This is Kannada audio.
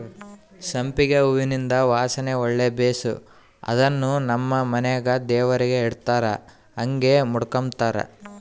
ಸಂಪಿಗೆ ಹೂವಿಂದು ವಾಸನೆ ಒಳ್ಳೆ ಬೇಸು ಅದುನ್ನು ನಮ್ ಮನೆಗ ದೇವರಿಗೆ ಇಡತ್ತಾರ ಹಂಗೆ ಮುಡುಕಂಬತಾರ